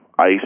Ice